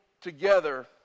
together